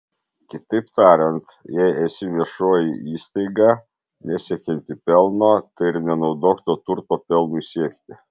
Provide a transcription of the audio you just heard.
kitaip tariant jei esi viešoji įstaiga nesiekianti pelno tai ir nenaudok to turto pelnui siekti